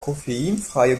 koffeinfreie